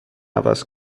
عوض